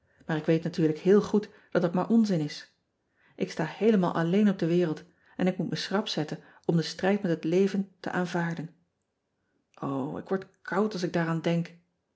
maar ik weet natuurlijk heel goed dat dat maar onzin is k sta heelemaal alleen op de wereld en ik moet me schrap zetten om den strijd met het leven te aanvaarden ik word koud als ik daaraan denk